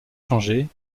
changer